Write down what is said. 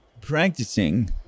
practicing